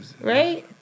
right